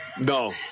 no